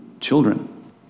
children